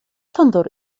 تنظر